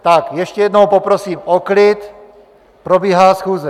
Tak ještě jednou poprosím o klid, probíhá schůze.